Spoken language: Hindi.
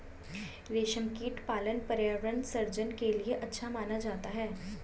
रेशमकीट पालन पर्यावरण सृजन के लिए अच्छा माना जाता है